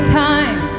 time